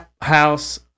house